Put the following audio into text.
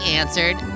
answered